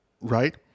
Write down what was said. right